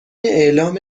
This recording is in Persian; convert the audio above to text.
اعلام